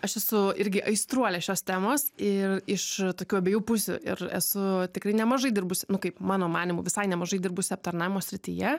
aš esu irgi aistruolė šios temos ir iš tokių abiejų pusių ir esu tikrai nemažai dirbusi nu kaip mano manymu visai nemažai dirbusi aptarnavimo srityje